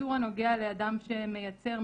האיסור הנוגע לאדם שמייצר,